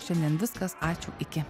šiandien viskas ačiū iki